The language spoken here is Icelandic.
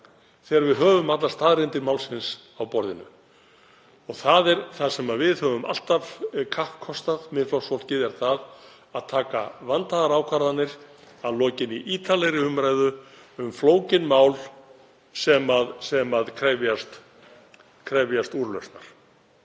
þegar við höfum allar staðreyndir málsins á borðinu. Það er það sem við höfum alltaf kappkostað, Miðflokksfólkið, að taka vandaðar ákvarðanir að lokinni ítarlegri umræðu um flókin mál sem krefjast úrlausnar.